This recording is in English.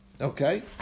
Okay